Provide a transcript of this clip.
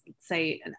say